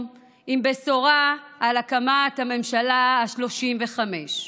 עם בשורה על הקמת הממשלה השלושים-וחמש.